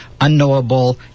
unknowable